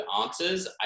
answers